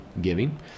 giving